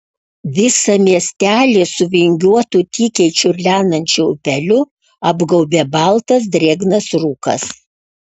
visą miesteli su vingiuotu tykiai čiurlenančiu upeliu apgaubė baltas drėgnas rūkas